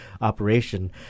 operation